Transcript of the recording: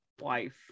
wife